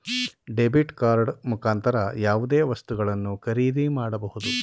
debit card ಮುಖಾಂತರ ಯಾವುದೇ ವಸ್ತುಗಳನ್ನು ಖರೀದಿ ಮಾಡಬಹುದು